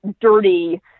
dirty